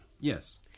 Yes